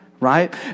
Right